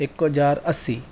हिकु हज़ार असी